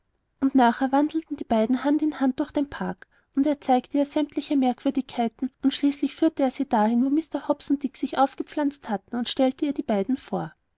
und nachher wandelten die beiden hand in hand durch den park und er zeigte ihr sämtliche merkwürdigkeiten und schließlich führte er sie dahin wo mr hobbs und dick sich aufgepflanzt hatten und stellte ihr die beiden vor